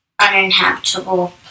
uninhabitable